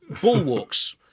bulwarks